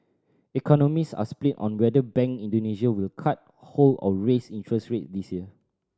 economist are split on whether Bank Indonesia will cut hold or raise interest rate this year